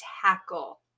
tackle